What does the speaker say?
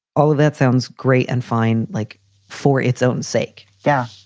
oh, that sounds great and fine. like for its own sake yeah.